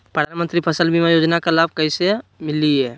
प्रधानमंत्री फसल बीमा योजना का लाभ कैसे लिये?